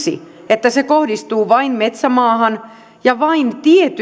että se kohdistuu vain metsämaahan ja vain